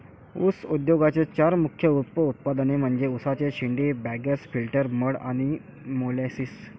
ऊस उद्योगाचे चार मुख्य उप उत्पादने म्हणजे उसाचे शेंडे, बगॅस, फिल्टर मड आणि मोलॅसिस